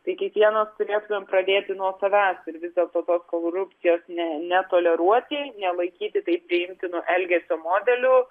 tai kiekvienas turėtumėm pradėti nuo savęs ir vis dėlto tos korupcijos ne netoleruoti nelaikyti tai priimtinu elgesio modeliu